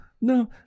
no